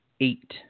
eight